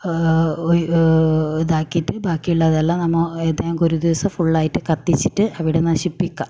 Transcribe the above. ഇതാക്കീട്ട് ബാക്കിയുള്ളത് എല്ലാ നമ്മൾ ഏതെങ്കി ഒരു ദിവസം ഫുള്ളായിട്ട് കത്തിച്ചിട്ട് എവിടെ നശിപ്പിക്കുക